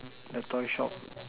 the toy shop